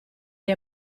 gli